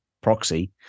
proxy